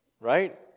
Right